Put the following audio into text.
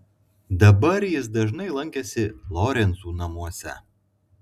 dabar jis dažnai lankėsi lorencų namuose